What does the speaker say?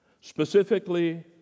specifically